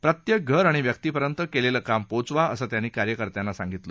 प्रत्येक घर आणि व्यक्तिपर्यंत केलेलं काम पोचवा असं त्यांनी कार्यकर्त्यांना सांगितलं